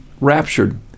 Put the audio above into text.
raptured